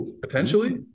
potentially